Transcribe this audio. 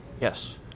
yes